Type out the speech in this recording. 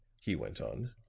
he went on,